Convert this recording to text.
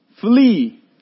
flee